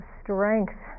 strength